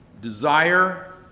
desire